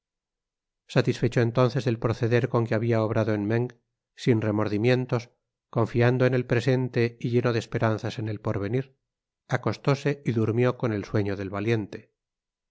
satisfecho entonces del proceder con que habia obrado en meung sin remordimientos confiando en el presente y lleno de esperanzas en el porvenir acostóse y durmió con el sueño del valiente